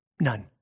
None